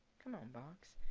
come on box.